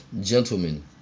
gentlemen